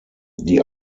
die